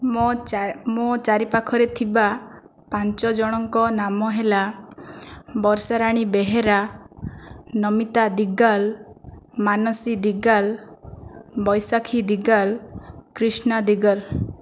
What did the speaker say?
ମୋ' ଚା ମୋ' ଚାରି ପାଖରେ ଥିବା ପାଞ୍ଚ ଜଣଙ୍କ ନାମ ହେଲା ବର୍ଷାରାଣୀ ବେହେରା ନମିତା ଦିଗାଲ ମାନସୀ ଦିଗାଲ ବୈଶାଖୀ ଦିଗାଲ କ୍ରିଷ୍ଣା ଦିଗାଲ